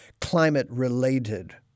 climate-related